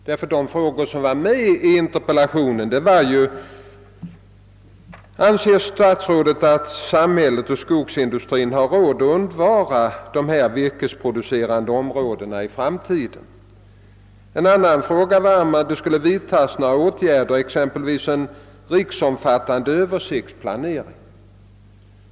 Herr Wikner har bl.a. frågat: »Anser statsrådet att samhället och skogsindustrin har råd att undvara dessa virkesproducerande områden» — d.v.s. de svagare skogsproduktionsområdena i vårt land — »i framtiden»? Därefter frågade herr Wikner om jag avsåg att genomföra exempelvis en riksomfattande översiktsplanering.